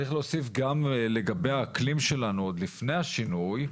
צריך להוסיף גם לגבי האקלים שלנו עוד לפני השינוי.